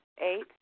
Eight